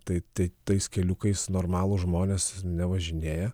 tai tai tais keliukais normalūs žmonės nevažinėja